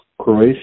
Croatia